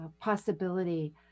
possibility